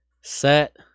set